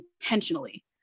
intentionally